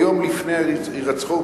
או יום לפני הירצחו,